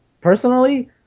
personally